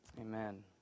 Amen